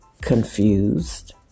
confused